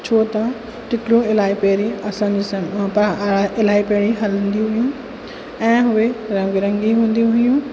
छो त टिकटूं इलाही पहिरीं असांजे इलाही पहिरीं हलंदियूं हुयूं ऐं उहे रंग बि रंगीन हुंदियूं हुयूं